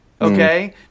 okay